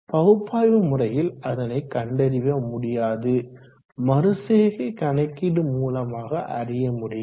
பகுப்பாய்வு முறையில் அதனை கண்டறிய முடியாது மறுசெய்கை கணக்கீடு மூலமாக அறிய முடியும்